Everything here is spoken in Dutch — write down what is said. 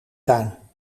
tuin